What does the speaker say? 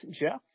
Jeff